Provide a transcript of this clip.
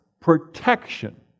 protection